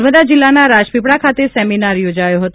નર્મદા જિલ્લાના રાજપીપળા ખાતે સેમિનાર યોજાયો હતો